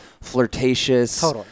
flirtatious